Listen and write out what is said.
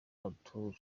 arthur